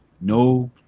no